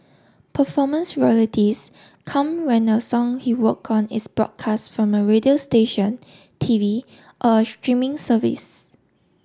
performance royalties come when a song he worked on is broadcast from a radio station T V or a streaming service